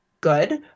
good